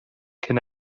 cyn